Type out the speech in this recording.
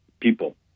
people